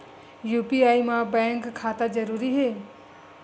UPI मा bank खाता जरूरी हे?